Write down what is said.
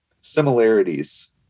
similarities